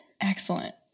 Excellent